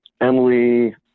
Emily